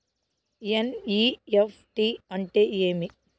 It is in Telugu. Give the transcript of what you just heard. ఎన్.ఇ.ఎఫ్.టి అంటే ఏమి